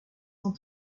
sont